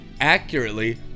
accurately